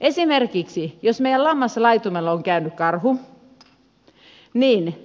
esimerkiksi jos meidän lammaslaitumellamme on käynyt karhu niin